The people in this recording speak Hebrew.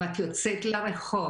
אם את יוצאת לרחוב